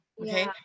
okay